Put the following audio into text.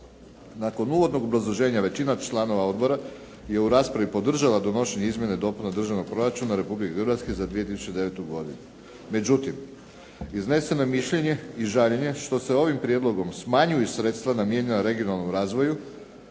Nakon uvodnog obrazloženja većina članova odbora je u raspravi podržala donošenje izmjena i dopuna Državnog proračuna Republike Hrvatske za 2009. godinu. Međutim, izneseno mišljenje i žaljenje što se ovim prijedlogom smanjuju sredstva namijenjena regionalnom razvoju,